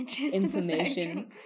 information